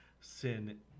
sin